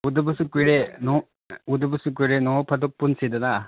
ꯎꯗꯕꯁꯨ ꯀꯨꯏꯔꯦ ꯎꯗꯕꯁꯨ ꯀꯨꯏꯔꯦ ꯅꯣꯡ ꯐꯥꯗꯣꯛ ꯄꯨꯟꯁꯤꯗꯅ